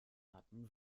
hatten